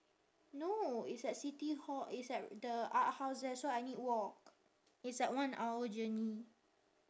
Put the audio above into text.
no it's at city hall it's at the art house there so I need walk it's like one hour journey